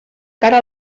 cara